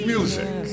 Music